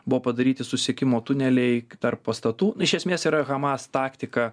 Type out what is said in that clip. buvo padaryti susiekimo tuneliai tarp pastatų iš esmės yra hamas taktika